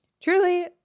Truly